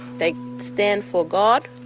they stand for god.